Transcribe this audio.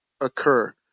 occur